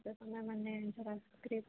તો તમે મને જરા સ્ક્રિપ્ટ